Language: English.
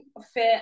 fait